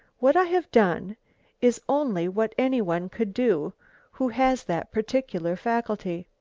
what i have done is only what any one could do who has that particular faculty.